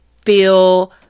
feel